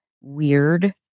weird